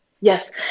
Yes